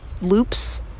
loops